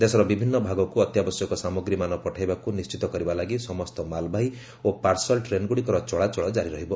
ଦେଶର ବିଭନ୍ନ ଭାଗକୁ ଅତ୍ୟାବଶ୍ୟକ ସାମଗ୍ରୀମାନ ପଠାଇବାକୁ ନିର୍ଣ୍ଣିତ କରିବାଲାଗି ସମସ୍ତ ମାଲ୍ବାହୀ ଓ ପାର୍ଶଲ୍ ଟ୍ରେନ୍ଗୁଡ଼ିକର ଚଳାଚଳ ଜାରି ରହିବ